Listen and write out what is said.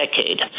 decade